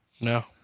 No